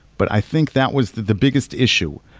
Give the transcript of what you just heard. but i think that was the biggest issue.